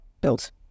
built